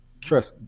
trust